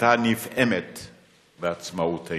היתה נפעמת מעצמאותנו,